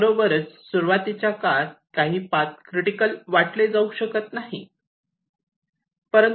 त्याबरोबरच सुरुवातीच्या काळात काही पाथ कदाचित क्रिटिकल वाटले जाऊ शकत नाही